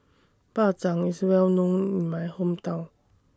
Bak Chang IS Well known in My Hometown